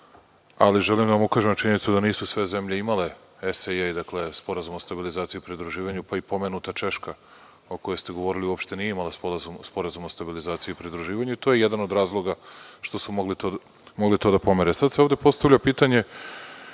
ali želim da vam ukažem na činjenicu da nisu sve zemlje imale eseje, dakle Sporazum o stabilizaciji i pridruživanju, pa i pomenuta Češka o kojoj ste govorili, uopšte nije imala Sporazum o stabilizaciji i pridruživanju. To je jedan od razloga što su mogli to da pomere. Sada se ovde postavlja pitanje,